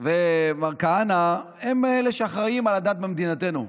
ומר כהנא הם אלה שאחראים לדת במדינתנו,